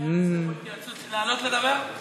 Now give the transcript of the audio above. אינה נוכחת, חברת הכנסת רויטל סויד,